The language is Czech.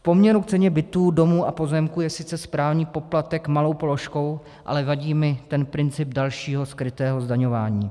V poměru k ceně bytů, domů a pozemků je sice správní poplatek malou položkou, ale vadí mi ten princip dalšího skrytého zdaňování.